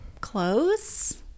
close